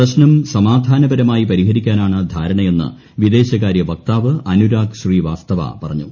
പ്രശ്നം സമാധാനപരമായി പരിഹരിക്കാനാണ് ധാരണയെന്ന് വിദേശകാരൃ വക്താവ് അനുരാഗ് ശ്രീവാസ്തവ പറഞ്ഞു